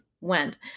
went